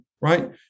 right